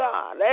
God